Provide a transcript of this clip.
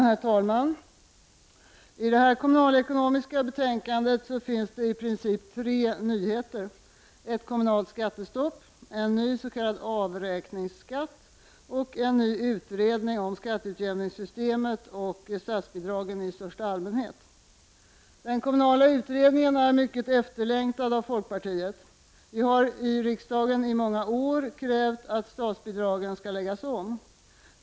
Herr talman! I detta kommunalekonomiska betänkande finns i princip tre nyheter: ett kommunalt skattestopp, en ny s.k. avräkningsskatt och en ny utredning om skatteutjämningssystemet och statsbidragen i allmänhet. Den kommunala utredningen är efterlängtad av folkpartiet. Vi har i riksdagen sedan många år krävt att statsbidragen skall läggas om.